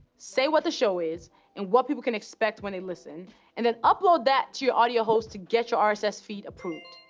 say what the show is and what people can expect when they listen and then upload that to your audio host to get your ah rss feed approved,